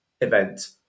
event